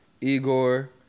Igor